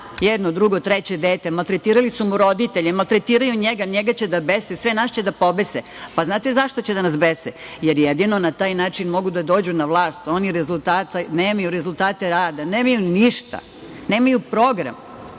Jedno, drugo, treće dete. Maltretirali su mu roditelje. Maltretiraju i njega. Njega će da bese. Sve nas će da pobese. Pa, znate zašto će da nas bese? Jer jedino na taj način mogu da dođu na vlast. Oni rezultata nemaju, rezultate rada. Nemaju ništa. Nemaju program.